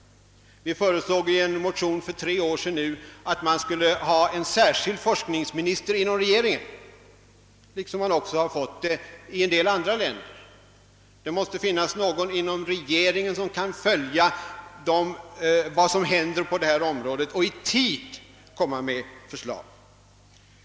Vi föreslog i en motion för tre år sedan” att det skulle tillsättas en särskild forskningsminister inom regeringen på samma sätt som i en del andra länder. Det måste finnas någon inom regeringen som kan följa vad som händer på detta område och i tid framlägga förslag.